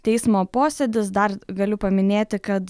teismo posėdis dar galiu paminėti kad